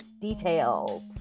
details